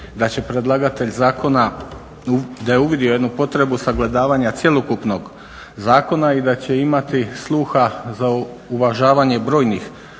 da će predlagatelj zakona, da je uvidio jednu potrebu sagledavanja cjelokupnog zakona i da će imati sluha za uvažavanje brojnih